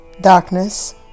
darkness